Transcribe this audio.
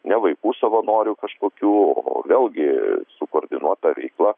ne vaikų savanorių kažkokių o vėlgi sukoordinuota veikla